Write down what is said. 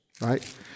right